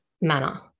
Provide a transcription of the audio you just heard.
manner